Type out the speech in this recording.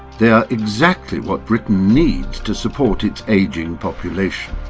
they are exactly what britain needs to support its aging population.